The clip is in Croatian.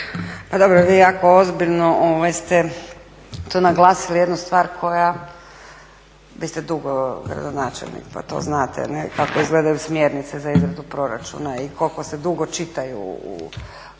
Pa dobro jako ozbiljno ste tu naglasili jednu stvar koja, vi ste dugo gradonačelnik pa to znate kako izgledaju smjernice za izradu proračuna i koliko se dugo čitaju u našim